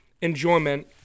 enjoyment